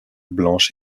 blanches